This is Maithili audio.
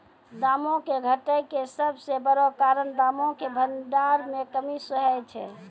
दामो के घटै के सभ से बड़ो कारण दामो के भंडार मे कमी सेहे छै